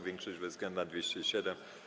Większość bezwzględna - 207.